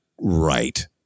right